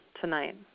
tonight